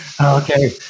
okay